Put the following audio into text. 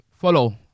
follow